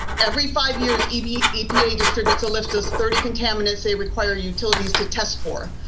every five years, epa epa distributes a list of thirty contaminants they require utilities to test for.